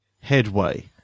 Headway